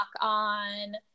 on